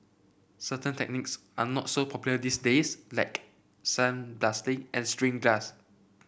certain techniques are not so popular these days like sandblasting and stained glass